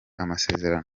amasezerano